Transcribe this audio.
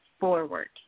Forward